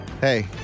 Hey